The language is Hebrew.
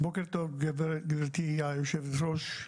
בוקר טוב גברתי היושבת ראש,